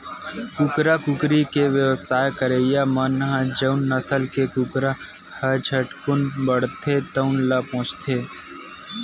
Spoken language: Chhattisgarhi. कुकरा, कुकरी के बेवसाय करइया मन ह जउन नसल के कुकरा ह झटकुन बाड़थे तउन ल पोसथे